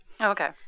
okay